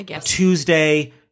Tuesday